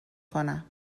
کنم